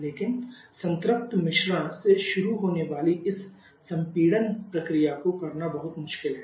लेकिन संतृप्त मिश्रण से शुरू होने वाली इस संपीड़न प्रक्रिया को करना बहुत मुश्किल है